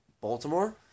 Baltimore